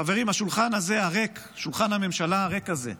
חברים, השולחן הזה, הריק, שולחן הממשלה הריק הזה,